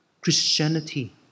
Christianity